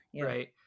right